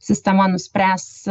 sistema nuspręs